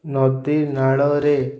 ନଦୀ ନାଳରେ